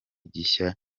gishya